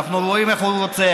אנחנו רואים איך הוא רוצח,